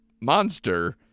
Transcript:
monster